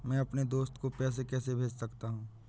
मैं अपने दोस्त को पैसे कैसे भेज सकता हूँ?